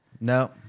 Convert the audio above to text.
No